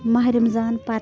ماہِ رمضان پتہٕ